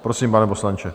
Prosím, pane poslanče.